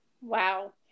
Wow